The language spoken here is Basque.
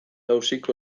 auziko